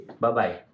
Bye-bye